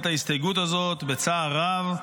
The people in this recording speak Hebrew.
את ההסתייגות הזאת בצער רב,